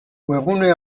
webgune